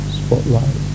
spotlight